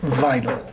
vital